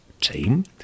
team